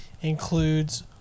Includes